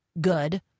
Good